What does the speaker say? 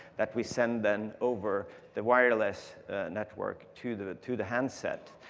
that we send, then, over the wireless network to the to the handset.